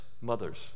mothers